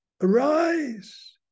arise